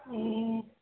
ए